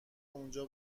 اونجا